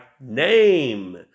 name